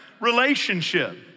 relationship